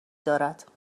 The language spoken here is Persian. دارد